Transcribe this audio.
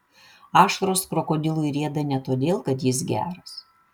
ašaros krokodilui rieda ne todėl kad jis geras